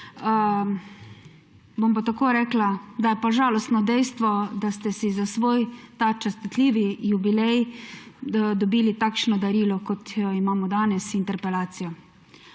Bom pa tako rekla, da je pa žalostno dejstvo, da ste za svoj častitljivi jubilej dobili takšno darilo, kot jo imamo danes, interpelacijo.